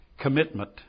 commitment